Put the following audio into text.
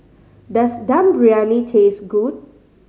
does Dum Briyani taste good